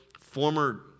former